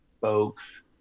folks